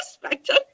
perspective